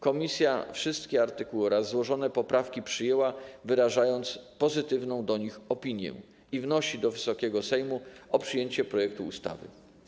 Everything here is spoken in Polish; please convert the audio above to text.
Komisja wszystkie artykuły oraz złożone poprawki przyjęła, wyrażając pozytywną opinię, i wnosi do Wysokiego Sejmu o przyjęcie projektu ustawy.